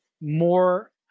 more